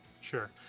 sure